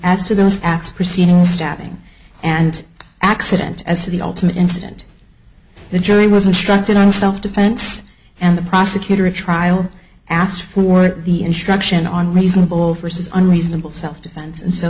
as to those acts preceding stabbing and accident as to the ultimate incident the jury was instructed on self defense and the prosecutor a trial asked for the instruction on reasonable persons on reasonable self defense and so